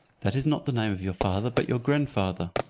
that is not the name of your father, but your grandfather.